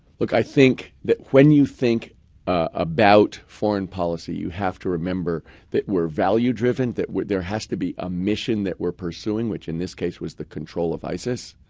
like i think that when you think about foreign policy you have to remember that we're value driven, that there has to be a mission that we're pursuing which in this case was the control of isis.